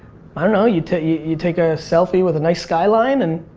i don't know, you take you take a selfie with a nice skyline and